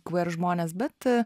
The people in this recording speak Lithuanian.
queer žmones bet